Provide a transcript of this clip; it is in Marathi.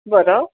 बरं